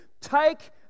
take